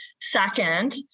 Second